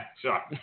sure